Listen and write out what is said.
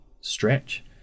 stretch